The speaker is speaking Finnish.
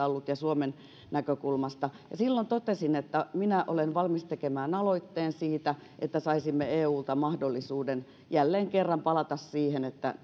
ollut ja suomen näkökulmasta ja silloin totesin että minä olen valmis tekemään aloitteen siitä että saisimme eulta mahdollisuuden jälleen kerran palata siihen että